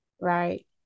right